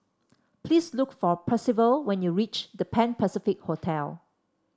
please look for Percival when you reach The Pan Pacific Hotel